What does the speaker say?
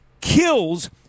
kills